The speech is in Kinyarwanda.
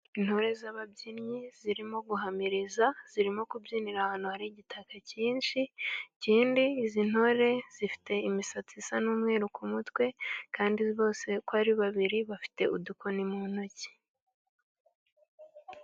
Intore z'ababyinnyi zirimo guhamiriza. Zirimo kubyinira ahantu hari igitaka cyinshi. Ikindi izi ntore zifite imisatsi isa n'umweru ku mutwe. Kandi bose uko ari babiri bafite udukoni mu ntoki.